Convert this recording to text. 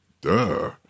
duh